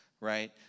right